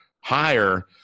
higher